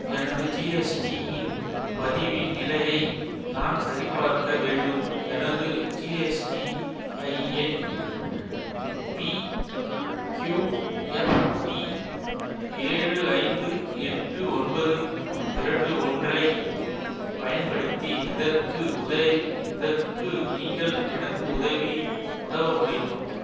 எனது ஜிஎஸ்டியின் பதிவின் நிலையை நான் சரிபார்க்க வேண்டும் எனது ஜிஎஸ்டிஐஎன் வீக்யூஎஃப்பி ஏழு ஐந்து எட்டு ஒன்பது இரண்டு ஒன்றைப் பயன்படுத்தி இதற்கு உதவி இதற்கு நீங்கள் எனக்கு உதவி உதவ முடியுமா